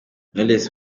knowless